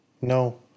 No